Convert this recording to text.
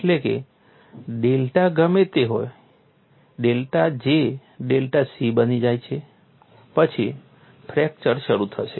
એટલે કે ડેલ્ટા ગમે તે હોય ડેલ્ટા જે ડેલ્ટા c બની જાય પછી ફ્રેક્ચર શરૂ થશે